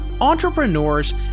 entrepreneurs